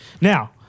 Now